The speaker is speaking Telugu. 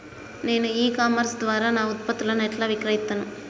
నేను ఇ కామర్స్ ద్వారా నా ఉత్పత్తులను ఎట్లా విక్రయిత్తను?